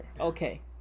Okay